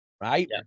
right